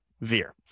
veer